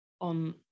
on